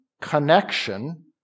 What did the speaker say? connection